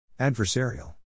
Adversarial